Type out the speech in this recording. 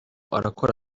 arakora